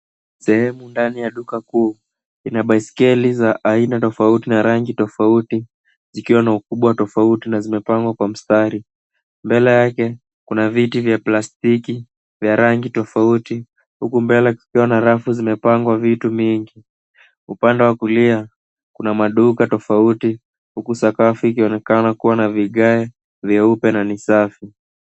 Sehemu ya duka yenye baiskeli za aina tofouti tofouti na rangi tofouti tofouti zikiwa na kubwa tofouti na zimepangwa kwa mstari. Mbele yake kuna viti vya platiki vya rangi tofouti huku mbele kukiwa na rafu zimepangwa vitu mingi. Upande wa kulia kuna maduka tofouti huku sakafu ikionekana kuwa na vika vyeupe na ni Safi.